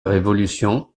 révolution